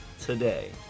today